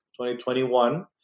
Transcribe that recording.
2021